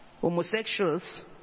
Homosexuals